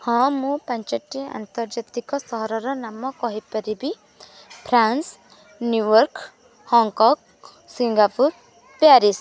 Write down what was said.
ହଁ ମୁଁ ପାଞ୍ଚଟି ଆନ୍ତର୍ଜାତିକ ସହରର ନାମ କହିପାରିବି France New York Hong Kong Singapore Paris